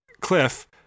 Cliff—